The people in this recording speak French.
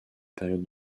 période